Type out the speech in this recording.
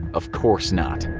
of course not.